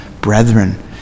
brethren